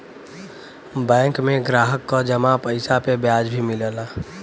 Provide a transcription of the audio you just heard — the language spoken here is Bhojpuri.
बैंक में ग्राहक क जमा पइसा पे ब्याज भी मिलला